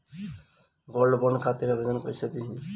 Gold bond खातिर आवेदन कैसे दिही?